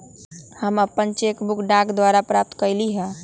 हम अपन cheque book डाक द्वारा प्राप्त कईली ह